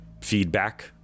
feedback